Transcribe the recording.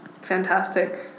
fantastic